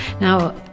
Now